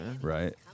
right